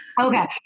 okay